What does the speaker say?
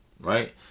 right